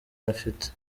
afite